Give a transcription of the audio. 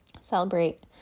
celebrate